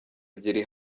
ebyiri